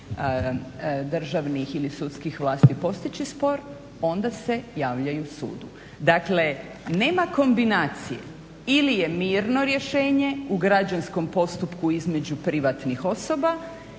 državnih ili sudskih vlasti postići spor onda se javljaju sudu. Dakle nema kombinacije. Ili je mirno rješenje u građanskom postupku između privatnih osoba